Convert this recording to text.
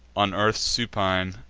on earth supine,